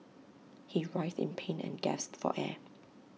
he writhed in pain and gasped for air